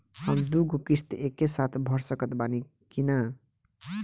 हम दु गो किश्त एके साथ भर सकत बानी की ना?